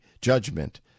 judgment